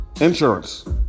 insurance